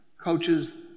coaches